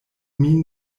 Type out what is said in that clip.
min